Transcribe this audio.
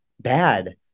bad